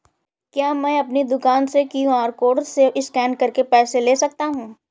क्या मैं अपनी दुकान में क्यू.आर कोड से स्कैन करके पैसे ले सकता हूँ?